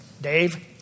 Dave